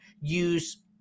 use